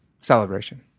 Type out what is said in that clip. Celebration